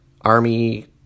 Army